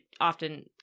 often